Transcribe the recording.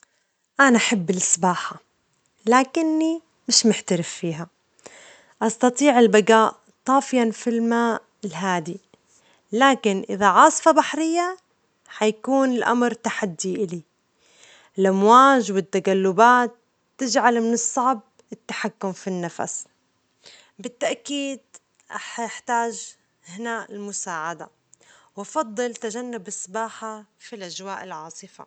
أنا أحب السباحة، لكني مش محترف فيها، أستطيع البجاء طافيًا في الماء الهادئ، لكن إذا عاصفة بحرية، هيكون الأمر تحدي لي، الأمواج والتجلبات تجعل من الصعب التحكم في النفس، بالتأكيد هأحتاج هنا إلى المساعدة، وأفضل تجنب السباحة في الأجواء العاصفة.